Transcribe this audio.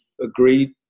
agreed